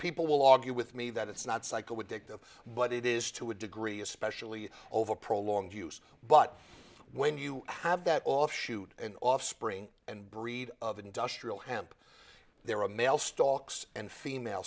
people will argue with me that it's not cycle addictive but it is to a degree especially over prolonged use but when you have that offshoot in offspring and breed of industrial hemp there are a male stalks and female